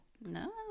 no